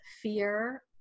fear